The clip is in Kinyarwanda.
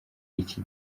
iki